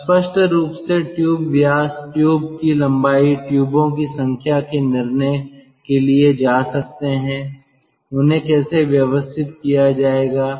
अब स्पष्ट रूप से ट्यूब व्यास ट्यूब की लंबाई ट्यूबों की संख्या के निर्णय के लिए जा सकते हैं उन्हें कैसे व्यवस्थित किया जाएगा